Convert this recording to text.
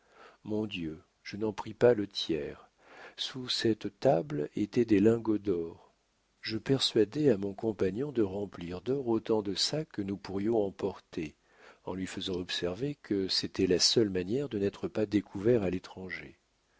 mon dieu je n'en pris pas le tiers sous cette table étaient des lingots d'or je persuadai à mon compagnon de remplir d'or autant de sacs que nous pourrions en porter en lui faisant observer que c'était la seule manière de n'être pas découverts à l'étranger